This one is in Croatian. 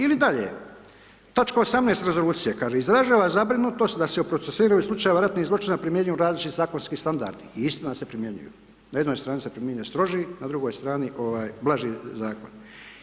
Ili dalje, točka 18. rezolucije kaže: izražava zabrinutost da se u procesuiranju slučaja ratnih zločina primjenjuju različiti zakonski standardi, i istina da se primjenjuju, na jednoj strani se primjenjuje stroži, na drugoj strani blaži Zakoni.